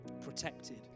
protected